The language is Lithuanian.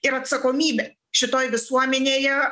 ir atsakomybė šitoj visuomenėje